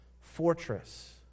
fortress